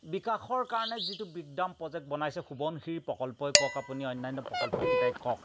বিকাশৰ কাৰণে যিটো বিগ ডাম প্ৰজেক্ট বনাইছে সোৱণশিৰি প্ৰকল্পই কওক আপুনি অন্যান্য প্ৰকল্পকেইটাই কওক